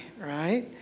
right